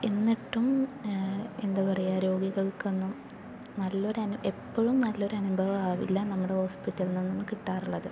എന്നിട്ടും എന്താ പറയുക രോഗികൾക്കൊന്നും നല്ലൊരു എപ്പോഴും നല്ലൊരനുഭവം ആവില്ല നമ്മുടെ ഹോസ്പിറ്റലിൽ നിന്നും കിട്ടാറുള്ളത്